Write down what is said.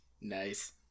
Nice